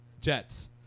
Jets